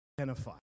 Identify